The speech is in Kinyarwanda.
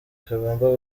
kagomba